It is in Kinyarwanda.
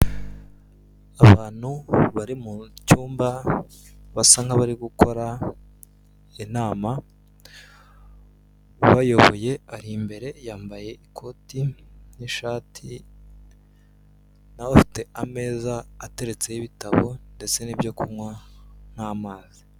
Abantu bari mu cyumba basa nk'abari gukora inama ubayoboye ari imbere yambaye ikoti n'ishati, nawe afite ameza ateretseho ibitabo ndetse n'ibyo kunywa nk'amazi.